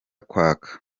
kwaka